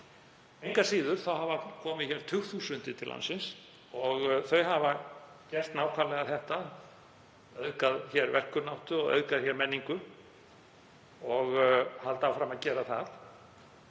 Engu að síður hafa tugþúsundir komið til landsins og þau hafa gert nákvæmlega þetta, auðgað hér verkkunnáttu, auðgað hér menningu og halda áfram að gera það.